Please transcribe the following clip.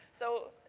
so,